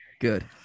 good